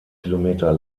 kilometer